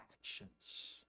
actions